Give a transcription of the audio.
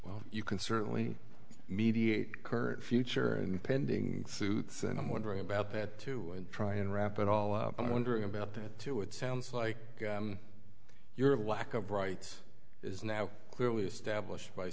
well you can certainly mediate her future and pending suit and i'm wondering about that to try and wrap it all up i'm wondering about that too it sounds like your lack of rights is now clearly established by